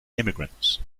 immigrants